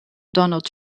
donald